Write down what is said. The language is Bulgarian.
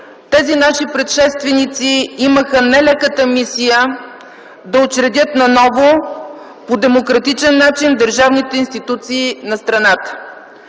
тези наши предшественици имаха нелеката мисия да учредят наново по демократичен начин държавните институции на страната.